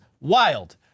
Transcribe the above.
wild